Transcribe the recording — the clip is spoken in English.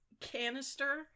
Canister